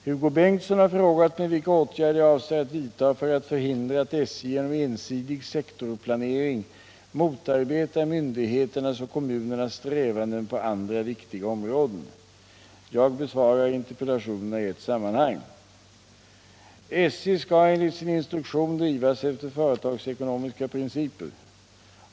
Hugo Bengtsson har frågat mig vilka åtgärder jag avser att vidta för att förhindra att SJ genom ensidig sektorplanering motarbetar myndigheternas och kommunernas strävanden på andra viktiga områden. Jag besvarar interpellationerna i ett sammanhang. SJ skall enligt sin instruktion drivas efter företagsekonomiska principer.